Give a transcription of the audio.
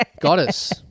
goddess